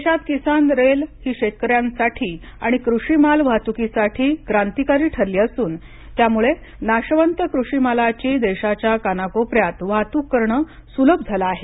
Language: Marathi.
देशात किसान रेल ही शेतकऱ्यांसाठी आणि कृषीमाल वाहतुकीसाठी क्रांतिकारी ठरली असून यामुळे नाशवंत कृषी मालाची देशाच्या कानाकोपऱ्यात वाहतूक करण सुलभ झाले आहे